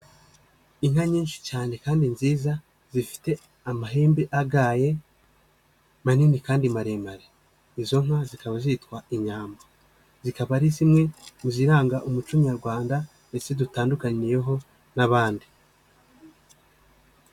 Inka nyinshi cyane kandi nziza zifite amahembe agaye manini kandi maremare. Izo nka zikaba zitwa inyambo, zikaba ari zimwe mu ziranga umuco Nyarwanda ndetse dutandukaniyeho n'abandi.